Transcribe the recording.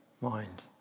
mind